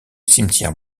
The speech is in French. cimetière